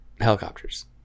helicopters